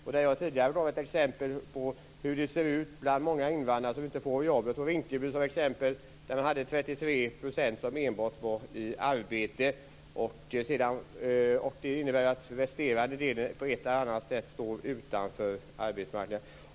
Jag gav tidigare ett exempel på hur det ser ut bland många invandrare som inte får jobb. Jag tog Rinkeby som exempel. Där hade man enbart 33 % som var i arbete. Det innebär att resterande delen på ett eller annat sätt står utanför arbetsmarknaden.